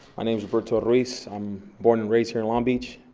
my name's roberto ruiz. i'm born and raised here in long beach.